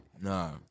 Nah